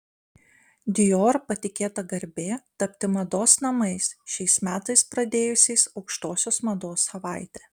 dior patikėta garbė tapti mados namais šiais metais pradėjusiais aukštosios mados savaitę